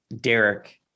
Derek